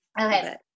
okay